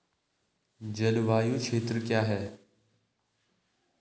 जलवायु क्षेत्र क्या है?